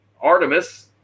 artemis